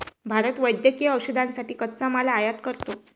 भारत वैद्यकीय औषधांसाठी कच्चा माल आयात करतो